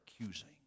accusing